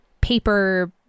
paper